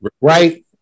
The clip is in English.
right